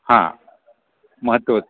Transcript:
हां महत्त्वाचं